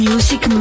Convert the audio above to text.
Music